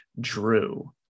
Drew